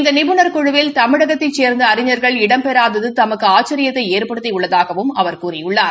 இந்த நிபுணா் குழுவில் தமிழகத்தைச் சேன்ந்த அறிஞா்கள் இடம்பெறாதது தமக்கு ஆச்சியத்தை ஏற்படுத்தி உள்ளதாகவும் அவர் கூறியுள்ளார்